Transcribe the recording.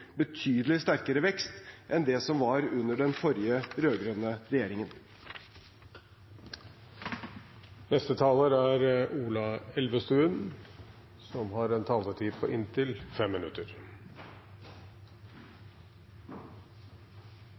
betydelig sterkere vekst enn det som var under den forrige, rød-grønne, regjeringen.